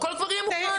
הכל כבר יהיה מוכן?